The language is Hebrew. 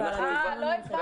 חני -- אה, לא הבנו.